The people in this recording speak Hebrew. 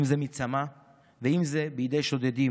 אם זה מצמא ואם זה בידי שודדים,